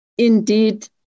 Indeed